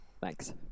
Thanks